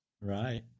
right